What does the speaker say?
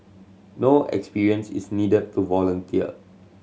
no experience is needed to volunteer